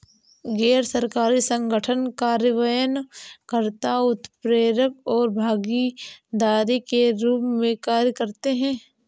गैर सरकारी संगठन कार्यान्वयन कर्ता, उत्प्रेरक और भागीदार के रूप में कार्य करते हैं